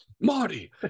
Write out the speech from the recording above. Marty